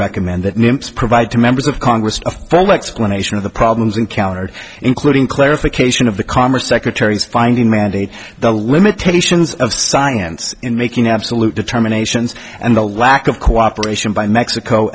recommend that names provide to members of congress a full explanation of the problems encountered including clarification of the commerce secretary is finding mandate the limitations of science in making absolute determinations and the lack of cooperation by mexico